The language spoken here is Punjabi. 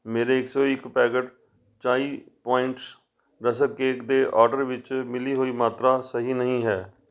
ਮੇਰੇ ਇੱਕ ਸੌ ਇੱਕ packet Chai points rusk cake ਦੇ ਆਰਡਰ ਵਿੱਚ ਮਿਲੀ ਹੋਈ ਮਾਤਰਾ ਸਹੀ ਨਹੀਂ ਹੈ